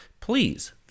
Please